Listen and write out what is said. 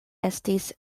estis